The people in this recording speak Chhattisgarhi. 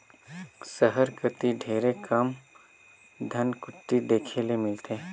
सहर कती ढेरे कम धनकुट्टी देखे ले मिलथे